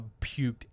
puked